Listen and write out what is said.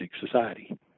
society